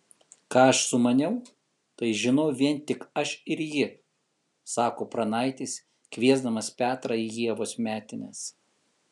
ką aš sumaniau tai žinau vien tik aš ir ji sako pranaitis kviesdamas petrą į ievos metines